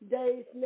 days